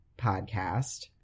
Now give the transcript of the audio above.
podcast